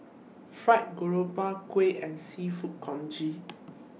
Fried Garoupa Kuih and Seafood Congee